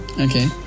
Okay